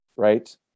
right